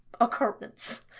occurrence